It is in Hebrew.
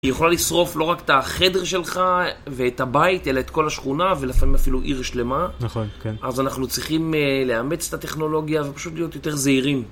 היא יכולה לשרוף לא רק את החדר שלך ואת הבית, אלא את כל השכונה ולפעמים אפילו עיר שלמה. נכון, כן. אז אנחנו צריכים לאמץ את הטכנולוגיה ופשוט להיות יותר זהירים.